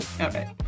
okay